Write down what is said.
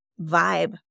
vibe